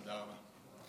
תודה רבה.